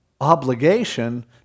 obligation